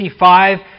55